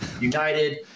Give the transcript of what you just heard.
United